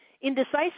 Indecisive